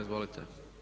Izvolite.